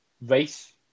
race